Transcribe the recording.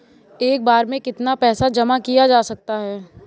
एक बार में कितना पैसा जमा किया जा सकता है?